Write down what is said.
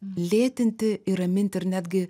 lėtinti ir raminti ir netgi